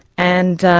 and